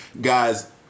guys